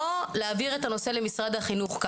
או להעביר את הנושא למשרד החינוך.